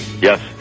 Yes